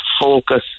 focus